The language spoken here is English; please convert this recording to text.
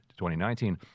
2019